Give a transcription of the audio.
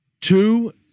two